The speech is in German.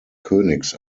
königs